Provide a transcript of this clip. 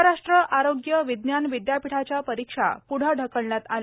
महाराष्ट्र आरोग्य विज्ञान विद्यापीठाच्या परीक्षा प्ढं ढकलण्यात आल्या